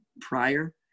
prior